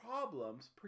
problems